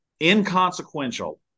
inconsequential